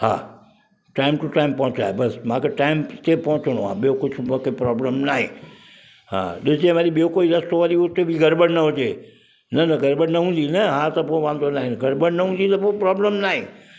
हा time to time पहुचाए बसि मांखे टाइम ते पहुचणो आहे ॿियों कुझु मूंखे प्रोब्लम नाहे हा ॾिसजे वरी ॿियों कोई रस्तो वरी हुते बि गड़बड़ न हुजे न न गड़बड़ न हूंदी न हा त पोइ वांधो नाहे गड़बड़ न हूंदी त पोइ प्रोब्लम नाहे